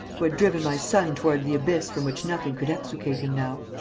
who had driven my son toward the abyss from which nothing could extricate him now.